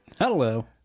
Hello